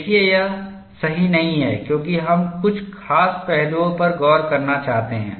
देखिए यह सही नहीं है क्योंकि हम कुछ खास पहलुओं पर गौर करना चाहते हैं